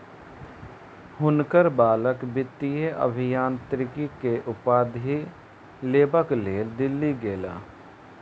हुनकर बालक वित्तीय अभियांत्रिकी के उपाधि लेबक लेल दिल्ली गेला